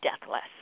deathless